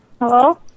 Hello